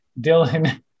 Dylan